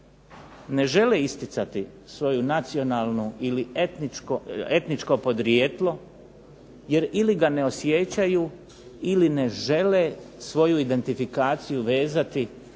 ne žele isticati svoju nacionalno ili etničko podrijetlo, jer ili ga ne osjećaju ili ne žele svoju identifikaciju vezati